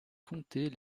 comtés